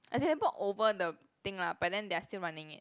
as in they bought over the thing lah but then they are still running it